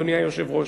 אדוני היושב-ראש,